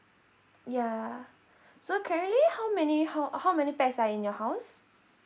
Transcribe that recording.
yeah so currently how many how how many pax are in your house